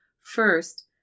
First